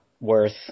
worth